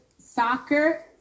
soccer